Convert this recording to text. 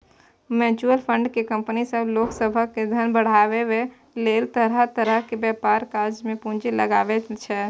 mutual fund केँ company सब लोक सभक धन बढ़ाबै लेल तरह तरह के व्यापारक काज मे पूंजी लगाबै छै